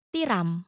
Tiram